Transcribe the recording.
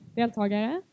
deltagare